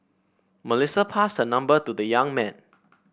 Melissa passed her number to the young man